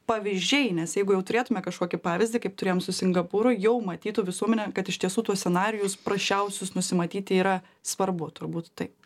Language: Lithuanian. pavyzdžiai nes jeigu jau turėtume kažkokį pavyzdį kaip turėjom su singapūru jau matytų visuomenė kad iš tiesų tuos scenarijus prasčiausius nusimatyti yra svarbu turbūt taip